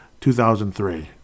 2003